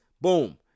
boom